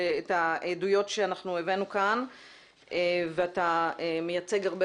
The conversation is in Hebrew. את העדויות שהבאנו כאן ואתה מייצג הרבה